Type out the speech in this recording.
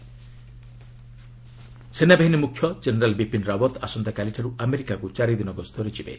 army chief ସେନାବାହିନୀ ମ୍ରଖ୍ୟ general Bipin Rawat ଆସନ୍ତାକାଲିଠାର୍ ଆମେରିକାକୁ ଚାରିଦିନ ଗସ୍ତରେ ଯିବେ